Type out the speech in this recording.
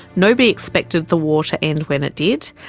nobody expected the war to end when it did.